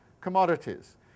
commodities